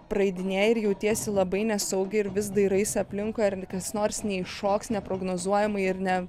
praeidinėji ir jautiesi labai nesaugiai ir vis dairaisi aplinkui ar kas nors neiššoks neprognozuojamai ir ne